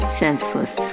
senseless